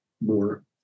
more